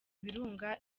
birunga